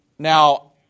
Now